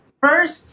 First